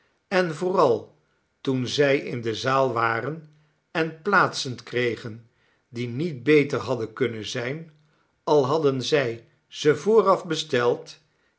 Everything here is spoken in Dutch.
en vooral toen zij in de zaal waren en plaatsen kregen die niet beter hadden kunnen zijn al hadden zij ze vooraf besteld